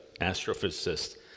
astrophysicist